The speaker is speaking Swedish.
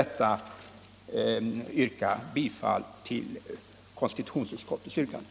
Jag yrkar bifall till konstitutionsutskottets hemställan.